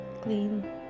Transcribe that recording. clean